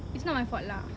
it's not my fault lah